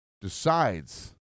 decides